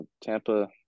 Tampa